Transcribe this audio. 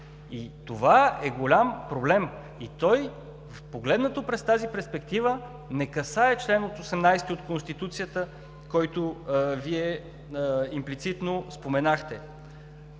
Това е голям проблем. Погледнато през тази перспектива, той не касае чл. 18 от Конституцията, който Вие имплицитно споменахте.